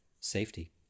Safety